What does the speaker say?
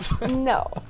No